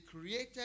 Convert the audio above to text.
created